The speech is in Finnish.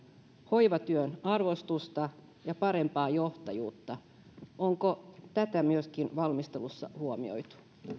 hoivatyön arvostusta ja parempaa johtajuutta onko tämä myöskin huomioitu valmistelussa